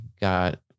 got